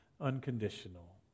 unconditional